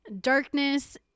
darkness